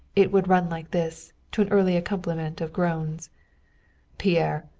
it would run like this, to an early accompaniment of groans pierre,